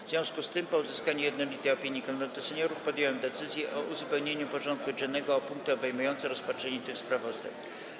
W związku z tym, po uzyskaniu jednolitej opinii Konwentu Seniorów, podjąłem decyzję o uzupełnieniu porządku dziennego o punkty obejmujące rozpatrzenie tych sprawozdań.